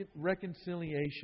reconciliation